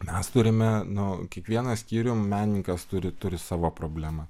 mes turime nu kiekvienas skyrium menininkas turi turi savo problemą